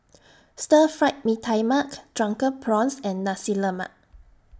Stir Fried Mee Tai Mak Drunken Prawns and Nasi Lemak